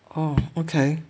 oh okay